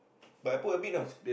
but I put a bit you know